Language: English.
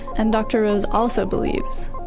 and dr. rose also believes,